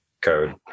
code